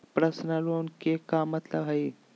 Personal loan के का मतलब हई?